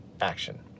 action